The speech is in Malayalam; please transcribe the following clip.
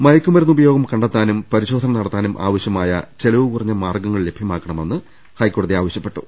ലഹരിമരുന്ന് ഉപയോഗം കണ്ടെത്താനും പരിശോധന നടത്താനും ആവശ്യമായ ചെലവു കുറഞ്ഞ മാർഗങ്ങൾ ലഭ്യമാക്കണമെന്ന് കോടതി ആവശ്യപ്പെട്ടു